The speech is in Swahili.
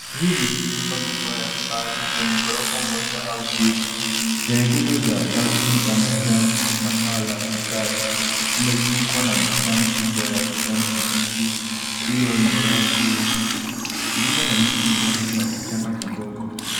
Hii ni nyumba kubwa ya kifahari yenye ghorofa moja au mbili yenye kuta za rangi manjano na paa la vigae imezungukwa na bustani kubwa ya kijani kibichi iliyonyolewa vizuri iliyo na miti mirefu na kichaka kidogo.